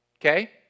Okay